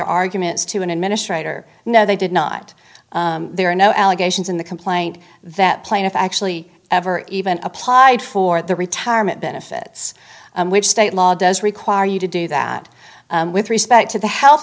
arguments to an administrator no they did not there are no allegations in the complaint that plaintiff actually ever even applied for the retirement benefits which state law does require you to do that with respect to the health